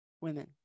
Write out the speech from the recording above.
Women